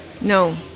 No